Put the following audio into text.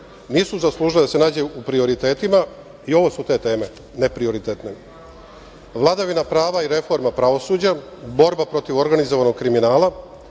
nisu zaslužile da se nađu u prioritetima i ovo su te teme neprioritetne. Vladavina prava i reforma pravosuđa, borba protiv organizovanog kriminala,